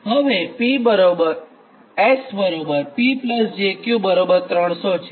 હવે S P j Q 300 છે